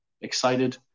excited